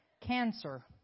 Cancer